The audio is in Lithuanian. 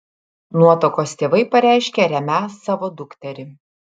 nuotakos tėvai pareiškė remią savo dukterį